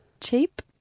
cheap